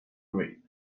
reap